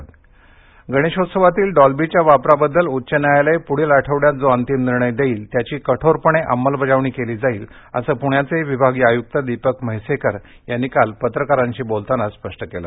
Dolby गणेशोत्सवातील डॉल्बीच्या वापराबद्दल उच्च न्यायालय पुढील आठवड्यात जो अंतिम निर्णय देईल त्याची कठोरपणे अमलबजावणी केली जाईल असं पुण्याचे विभागीय आयुक्त दीपक म्हैसेकर यांनी काल पत्रकारांशी बोलताना स्पष्ट केलं